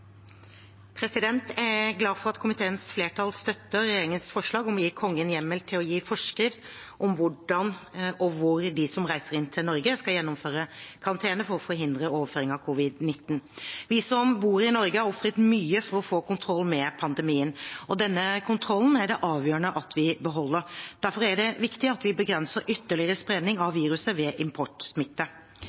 smittevernloven. Jeg er glad for at komiteens flertall støtter regjeringens forslag om å gi Kongen hjemmel til å gi forskrift om hvor og hvordan de som reiser inn til Norge, skal gjennomføre karantene for å forhindre overføring av covid-19. Vi som bor i Norge, har ofret mye for å få kontroll med pandemien. Denne kontrollen er det avgjørende at vi beholder. Derfor er det viktig at vi begrenser ytterligere spredning av viruset ved